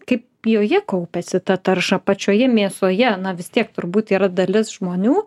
kaip joje kaupiasi ta tarša pačioje mėsoje na vis tiek turbūt yra dalis žmonių